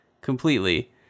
completely